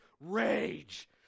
rage